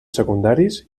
secundaris